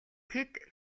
тэд